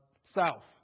South